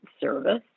service